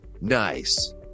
nice